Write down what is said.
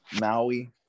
Maui